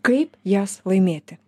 kaip jas laimėti